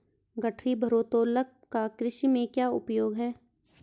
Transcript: गठरी भारोत्तोलक का कृषि में क्या उपयोग है?